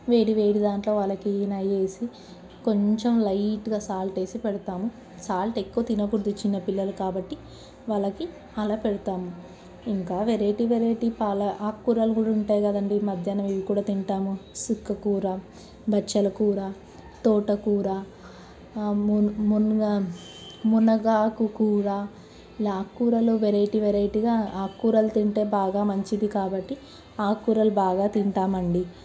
వేడివేడి దాంట్లో వాళ్లకి నెయ్యి వేసి కొంచెం లైట్గా సాల్ట్ వేసి పెడతాము సాల్ట్ ఎక్కువ తినకూడదు చిన్నపిల్లలు కాబట్టి వాళ్లకి అలా పెడతాము ఇంకా వెరైటీ వెరైటీ పాల ఆకుకూరలు కూడా ఉంటాయి కదండి మధ్యాహ్నం ఇవి కూడా తింటాము చుక్కకూర బచ్చలి కూర తోటకూర మునగా మునగాకు కూర ఇలా ఆకుకూరల్లో వెరైటీ వెరైటీగా ఆకుకూరలు తింటే బాగా మంచిది కాబట్టి ఆకుకూరలు బాగా తింటామండి